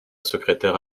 secrétaire